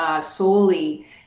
solely